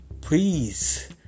please